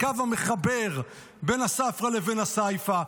הקו המחבר בין ספרא לבין סייפא,